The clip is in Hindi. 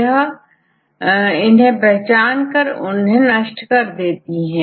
यह शरीर में प्रवेश करने वाले बाहरी व्यक्ति या या वायरस को प्रेसिपिटेटे या न्यूट्रलाइज कर देती है